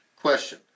Question